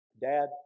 dad